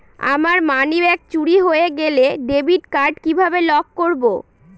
আমার মানিব্যাগ চুরি হয়ে গেলে ডেবিট কার্ড কিভাবে লক করব?